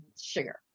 sugar